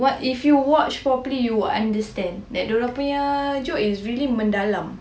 what if you watch properly you will understand that diorang punya joke is really mendalam